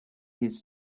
his